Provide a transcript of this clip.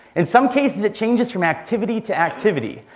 in some cases, it changes from activity to activity.